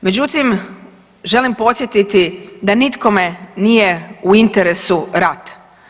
Međutim, želim podsjetiti da nitkome nije u interesu rat.